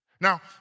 Now